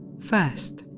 First